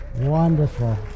Wonderful